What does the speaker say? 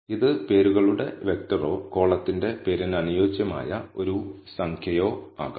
ഇത് പേരുകളുടെ വെക്ടറോ കോളത്തിന്റെ പേരിന് അനുയോജ്യമായ ഒരു സംഖ്യയോ ആകാം